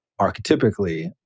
archetypically